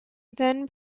then